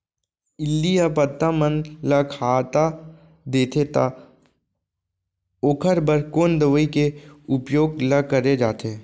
इल्ली ह पत्ता मन ला खाता देथे त ओखर बर कोन दवई के उपयोग ल करे जाथे?